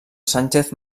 sánchez